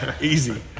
easy